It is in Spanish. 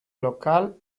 local